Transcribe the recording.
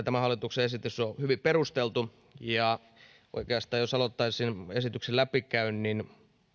tämä hallituksen esitys on hyvin perusteltu jos oikeastaan aloittaisin esityksen läpikäynnin